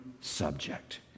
subject